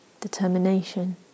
determination